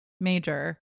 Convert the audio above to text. major